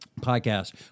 podcast